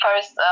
first